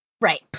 Right